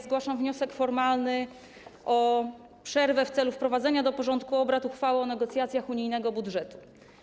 Zgłaszam wniosek formalny o przerwę w celu wprowadzenia do porządku obrad uchwały o negocjacjach w sprawie unijnego budżetu.